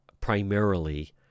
primarily